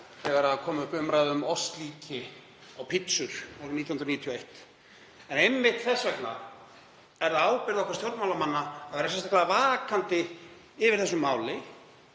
þegar kom upp umræða um ostlíki á pitsur árið 1991. En einmitt þess vegna er það ábyrgð okkar stjórnmálamanna að vera sérstaklega vakandi yfir þessu máli,